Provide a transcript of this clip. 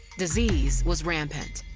disease was rampant.